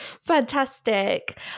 fantastic